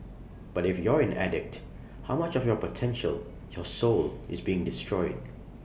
but if you're an addict how much of your potential your soul is being destroyed